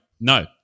No